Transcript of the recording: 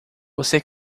você